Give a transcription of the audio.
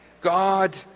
God